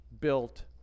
built